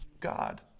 God